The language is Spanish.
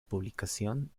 publicación